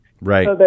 Right